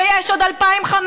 ויש עוד 2,500,